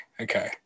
Okay